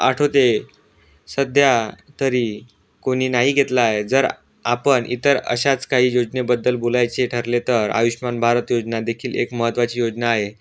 आठवते सध्या तरी कोणी नाही घेतला आहे जर आपण इतर अशाच काही योजनेबद्दल बोलायचे ठरले तर आयुष्मान भारत योजनादेखील एक महत्त्वाची योजना आहे